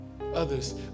Others